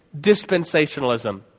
dispensationalism